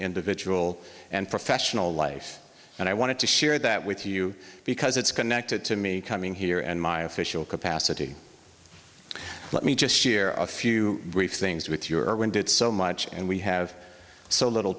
individual and professional life and i wanted to share that with you because it's connected to me coming here and my official capacity let me just share of few things with you or when did so much and we have so little